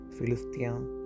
Philistia